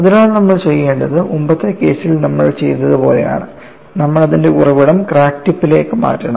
അതിനാൽ നമ്മൾ ചെയ്യേണ്ടത് മുമ്പത്തെ കേസുകളിൽ നമ്മൾ ചെയ്തതുപോലെയാണ് നമ്മൾ അതിന്റെ ഉറവിടം ക്രാക്ക് ടിപ്പിലേക്ക് മാറ്റണം